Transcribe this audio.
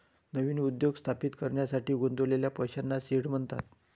नवीन उद्योग स्थापित करण्यासाठी गुंतवलेल्या पैशांना सीड म्हणतात